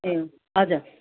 ए हजुर